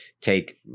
take